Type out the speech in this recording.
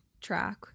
track